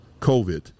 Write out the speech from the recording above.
COVID